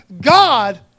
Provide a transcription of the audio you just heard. God